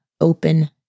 open